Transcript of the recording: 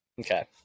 okay